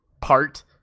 part-